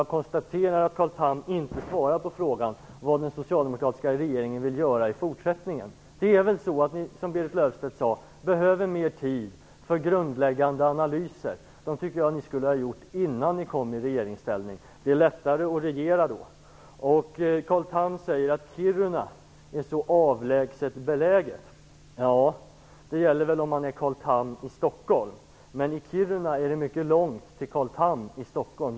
Jag konstaterar att Carl Tham inte svarade på frågan om vad den socialdemokratiska regeringen vill göra i fortsättningen. Det är väl så, som Berit Löfstedt sade, att ni behöver mera tid för grundläggande analyser. De analyserna tycker jag att ni skulle ha gjort innan ni kom i regeringsställning. Det är lättare att regera då. Carl Tham säger att Kiruna är så avlägset beläget. Det uttalandet får stå för Carl Tham i Stockholm. För dem som befinner sig i Kiruna är det mycket långt till Carl Tham i Stockholm.